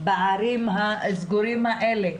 בערים הסגורות האלה,